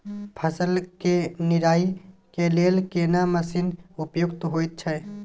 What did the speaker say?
फसल के निराई के लेल केना मसीन उपयुक्त होयत छै?